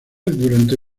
durante